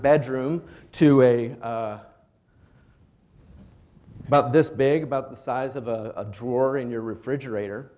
bedroom to a about this big about the size of a drawer in your refrigerator